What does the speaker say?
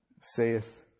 saith